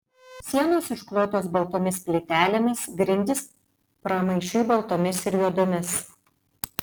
sienos išklotos baltomis plytelėmis grindys pramaišiui baltomis ir juodomis